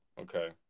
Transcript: Okay